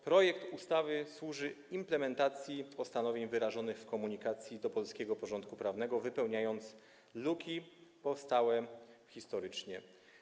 Projekt ustawy służy implementacji postanowień wyrażonych w Komunikacie do polskiego porządku prawnego, wypełniając luki powstałe historycznie.